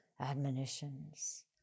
admonitions